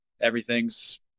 everything's